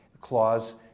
clause